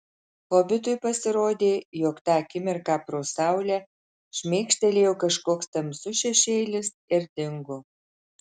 hobitui pasirodė jog tą akimirką pro saulę šmėkštelėjo kažkoks tamsus šešėlis ir dingo